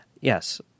yes